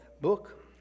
book